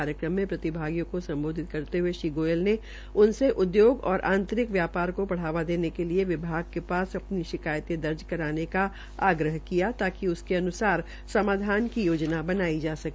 कार्यक्रम में प्रतिभागियों को सम्बोधित करते हये श्री गोयल ने उनसे उद्योग और आंतरिक व्यापार को बढ़ावा देने के लिए विभाग के पास अपनी शिकायते दर्ज करने का आग्रह किया है ताकि उसके अन्सार समाधान की योजना बनाई जा सके